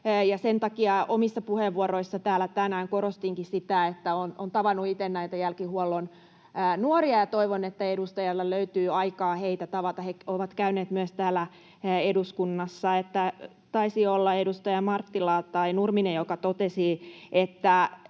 sen takia omissa puheenvuoroissani täällä tänään korostinkin sitä, että olen tavannut itse näitä jälkihuollon nuoria ja toivon, että edustajilla löytyy aikaa heitä tavata. He ovat käyneet myös täällä eduskunnassa. Ja se taisi olla edustaja Marttila tai Nurminen, joka totesi,